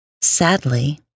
Sadly